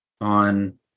on